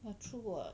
ah true [what]